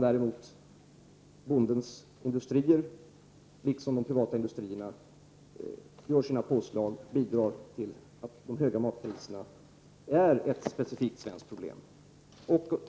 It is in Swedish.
Däremot gör bondens industrier, liksom de privata industrierna, påslag som bidrar till att de höga matpriserna är ett specifikt svenskt problem.